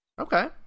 Okay